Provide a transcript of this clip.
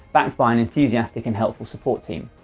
backed by an enthusiastic and helpful support team.